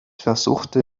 versuchte